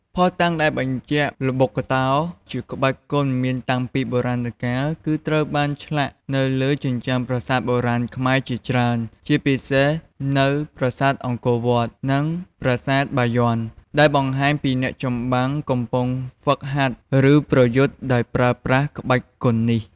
ភស្តុតាងដែលបញ្ជាក់ថា ល្បុក្កតោ ជាក្បាច់គុនមានតាំងពីបុរាណកាល គឺត្រូវបានឆ្លាក់នៅលើជញ្ជាំងប្រាសាទបុរាណខ្មែរជាច្រើន ជាពិសេសនៅ ប្រាសាទអង្គរវត្ត និងប្រាសាទបាយ័ន ដែលបង្ហាញពីអ្នកចម្បាំងកំពុងហ្វឹកហាត់ ឬប្រយុទ្ធដោយប្រើប្រាស់ក្បាច់គុននេះ។